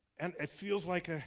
and it feels like ah